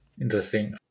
Interesting